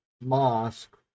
mosque